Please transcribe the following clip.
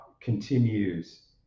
continues